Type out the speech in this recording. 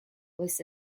was